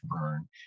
burn